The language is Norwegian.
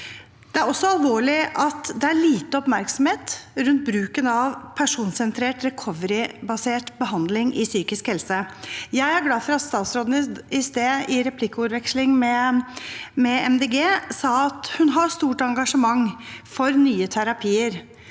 Det er også alvorlig at det er lite oppmerksomhet rundt bruken av personsentrert «recovery»-basert behandling i psykisk helsevern. Jeg er glad for at statsråden i sted, i replikkveksling med Miljøpartiet De Grønne, sa at hun har stort engasjement for nye terapier.